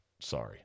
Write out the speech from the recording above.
Sorry